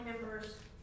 members